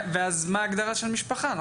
ואז מה ההגדרה של משפחה?